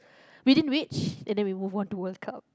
within reach and then we move on to World Cup